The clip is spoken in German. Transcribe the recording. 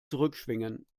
zurückschwingen